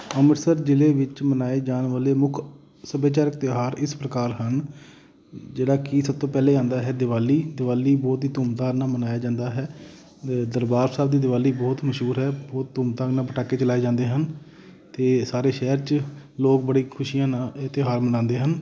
ਅੰਮ੍ਰਿਤਸਰ ਜ਼ਿਲ੍ਹੇ ਵਿੱਚ ਮਨਾਏ ਜਾਣ ਵਾਲੇ ਮੁੱਖ ਸੱਭਿਆਚਾਰਕ ਤਿਉਹਾਰ ਇਸ ਪ੍ਰਕਾਰ ਹਨ ਜਿਹੜਾ ਕਿ ਸਭ ਤੋਂ ਪਹਿਲੇ ਆਉਂਦਾ ਹੈ ਦਿਵਾਲੀ ਦਿਵਾਲੀ ਬਹੁਤ ਹੀ ਧੂਮਧਾਮ ਨਾਲ ਮਨਾਇਆ ਜਾਂਦਾ ਹੈ ਦਰਬਾਰ ਸਾਹਿਬ ਦੀ ਦਿਵਾਲੀ ਬਹੁਤ ਮਸ਼ਹੂਰ ਹੈ ਬਹੁਤ ਧੂਮਧਾਮ ਨਾਲ ਪਟਾਕੇ ਚਲਾਏ ਜਾਂਦੇ ਹਨ ਅਤੇ ਸਾਰੇ ਸ਼ਹਿਰ 'ਚ ਲੋਕ ਬੜੇ ਖੁਸ਼ੀਆਂ ਨਾਲ ਇਹ ਤਿਉਹਾਰ ਮਨਾਉਂਦੇ ਹਨ